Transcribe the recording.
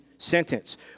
sentence